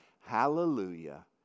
Hallelujah